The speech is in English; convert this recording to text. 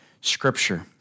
Scripture